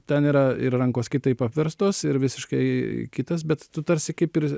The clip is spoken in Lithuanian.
ten yra ir rankos kitaip apverstos ir visiškai kitas bet tu tarsi kaip ir